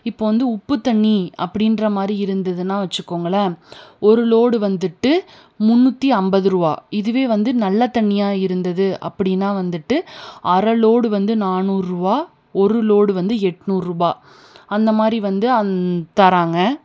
இப்போ வந்து உப்புத்தண்ணி அப்படின்ற மாதிரி இருந்ததுன்னா வச்சுக்கோங்களேன் ஒரு லோடு வந்துட்டு முன்னூற்றி ஐம்பது ரூபா இதுவே வந்து நல்ல தண்ணியாக இருந்தது அப்படின்னா வந்துட்டு அரை லோடு வந்து நானூறுவா ஒரு லோடு வந்து எட்நூறுபா அந்தமாதிரி வந்து தர்றாங்க